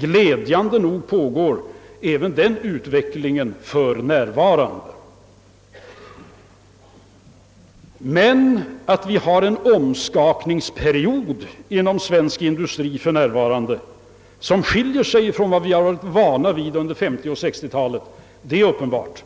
Glädjande nog pågår även denna utveckling för närvarande. Men att vi har en omskapningsperiod inom svensk industri för närvarande, som skiljer sig från vad vi varit vana vid under 1950 och 1960-talen är uppenbart,